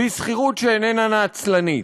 והיא שכירות שאיננה נצלנית.